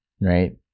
right